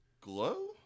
Glow